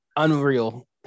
unreal